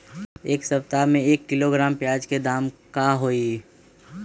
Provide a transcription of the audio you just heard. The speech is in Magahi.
एक सप्ताह में एक किलोग्राम प्याज के दाम का होई?